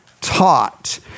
taught